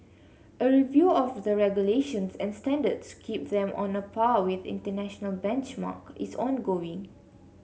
a review of the regulations and standards keep them on a par with international benchmarks is ongoing